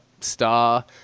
star